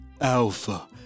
Alpha